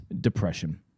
Depression